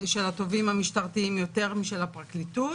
של התובעים המשטרתיים יותר משל הפרקליטות.